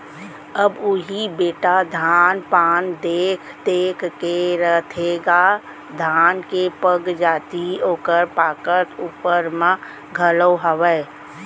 अब उही बेटा धान पान देख देख के रथेगा धान के पगजाति ओकर पाकत ऊपर म घलौ हावय